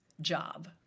job